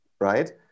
right